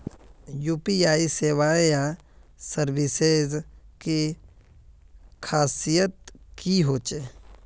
UPI सेवाएँ या services की खासियत की होचे?